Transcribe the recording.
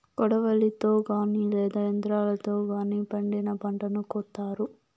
కొడవలితో గానీ లేదా యంత్రాలతో గానీ పండిన పంటను కోత్తారు